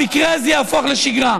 המקרה הזה יהפוך לשגרה.